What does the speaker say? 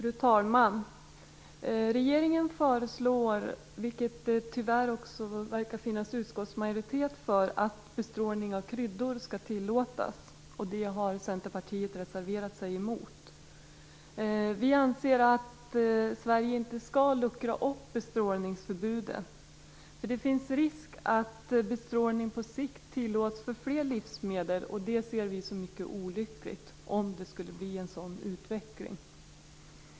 Fru talman! Regeringen föreslår, vilket det tyvärr också verkar finnas utskottsmajoritet för, att bestrålning av kryddor skall tillåtas. Detta har Centerpartiet reserverat sig mot. Vi anser att Sverige inte skall luckra upp bestrålningsförbudet. Det finns risk för att bestrålning på sikt tillåts på fler livsmedel, och vi ser en sådan utveckling som mycket olycklig.